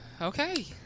Okay